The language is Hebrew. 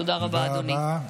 תודה רבה, אדוני.